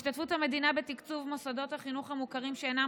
השתתפות המדינה בתקצוב מוסדות החינוך המוכרים שאינם